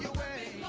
away